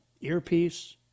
earpiece